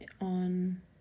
on